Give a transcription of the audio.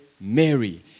Mary